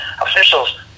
officials